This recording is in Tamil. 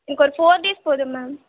எனக்கு ஒரு ஃபோர் டேஸ் போதும் மேம்